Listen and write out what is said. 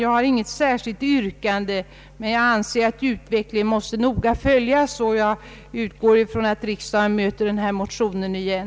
Jag har inget särskilt yrkande, men jag anser att utvecklingen måste följas noggrant, och jag utgår från att riksdagen kommer att möta denna motion igen.